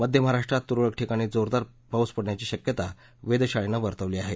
मध्य महाराष्ट्रात तुरळक ठिकाणी जोरदार पाऊस पडण्याची शक्यता वेधशाळेनं वर्तवली आहे